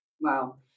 wow